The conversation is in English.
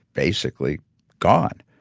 basically gone.